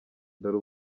dore